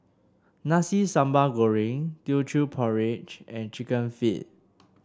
Nasi Sambal Goreng Teochew Porridge and chicken feet